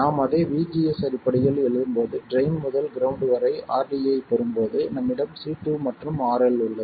நாம் அதை vGS அடிப்படையில் எழுதும்போது ட்ரைன் முதல் கிரவுண்ட் வரை RD ஐப் பெறும்போது நம்மிடம் C2 மற்றும் RL உள்ளது